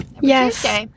Yes